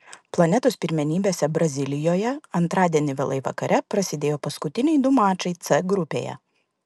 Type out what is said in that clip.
planetos pirmenybėse brazilijoje antradienį vėlai vakare prasidėjo paskutiniai du mačai c grupėje